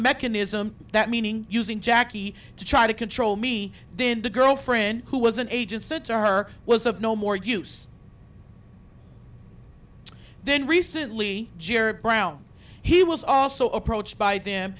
mechanism that meaning using jackie to try to control me did the girlfriend who was an agent said to her was of no more use then recently jerry brown he was also approached by them